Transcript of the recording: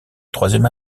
troisième